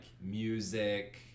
music